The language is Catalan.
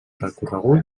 recorregut